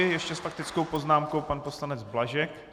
Ještě s faktickou poznámkou pan poslanec Blažek.